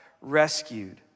rescued